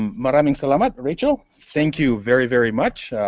maraming salamat rachel. thank you very, very much.